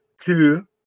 two